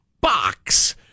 box